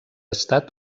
estat